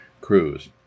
crews